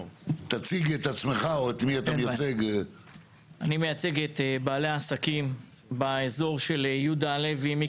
אני מייצג את בעלי העסקים באזור שלי, אני